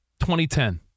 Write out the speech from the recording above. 2010